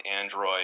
Android